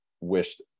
wished